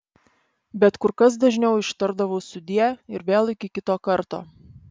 bet kur kas dažniau ištardavau sudie ir vėl iki kito karto